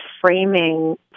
framing